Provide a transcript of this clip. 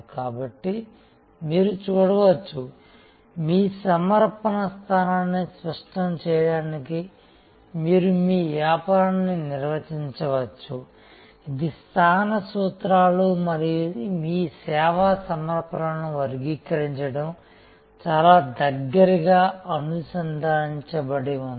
కాబట్టి మీరు చూడవచ్చు మీ సమర్పణ స్థానాన్ని స్పష్టం చేయడానికి మీరు మీ వ్యాపారాన్ని నిర్వచించవచ్చు ఇది స్థాన సూత్రాలు మరియు మీ సేవా సమర్పణలను వర్గీకరించడం చాలా దగ్గరగా అనుసంధానించబడి ఉంది